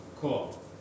Cool